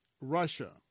Russia